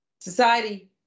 society